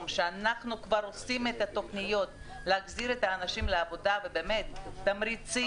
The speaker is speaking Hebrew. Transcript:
שאנו כבר עושים את התוכניות להחזיר את האנשים לעבודה תמריצים,